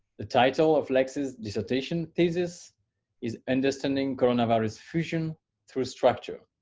the title of lexi's dissertation thesis is understanding coronavirus fusion through structure.